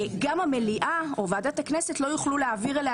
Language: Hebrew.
גם המליאה או ועדת הכנסת לא יוכלו להעביר אליה